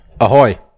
Ahoy